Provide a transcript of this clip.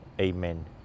Amen